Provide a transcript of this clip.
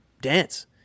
dance